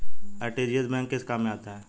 RTGS bank के किस काम में आता है?